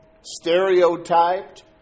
stereotyped